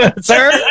sir